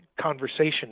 conversation